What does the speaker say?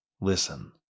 listen